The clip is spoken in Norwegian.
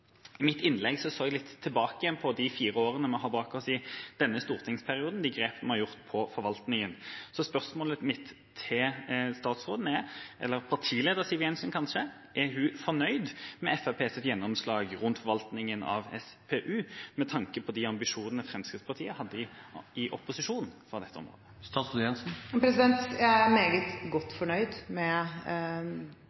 I mitt innlegg så jeg tilbake på de fire årene vi har bak oss i denne stortingsperioden, og på de grepene vi har gjort i forvaltningen. Spørsmålet mitt til statsråden – eller kanskje partileder Siv Jensen – er: Er hun fornøyd med Fremskrittspartiets gjennomslag i forvaltningen av SPU med tanke på de ambisjonene Fremskrittspartiet hadde i opposisjon på dette området? Jeg er meget godt